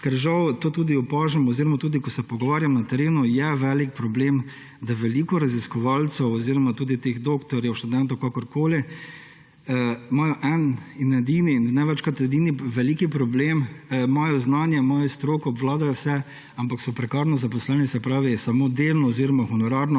Žal to tudi opažam oziroma tudi ko se pogovarjam na terenu, je velik problem, da veliko raziskovalcev oziroma tudi teh doktorjev, študentov, kakorkoli, ima en in edini, največkrat edini veliki problem; imajo znanje, imajo stroko, obvladajo vse, ampak so prekarno zaposleni. Se pravi, samo delno oziroma honorarno